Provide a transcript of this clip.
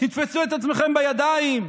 תתפסו את עצמכם בידיים.